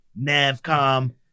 Navcom